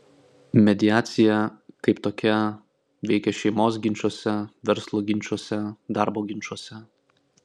mediacija kaip tokia veikia šeimos ginčuose verslo ginčuose darbo ginčuose